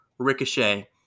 Ricochet